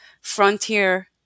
frontier